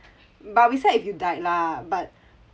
but I'd be sad if you died lah but